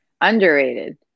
Underrated